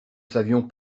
savions